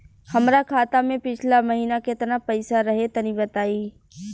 हमरा खाता मे पिछला महीना केतना पईसा रहे तनि बताई?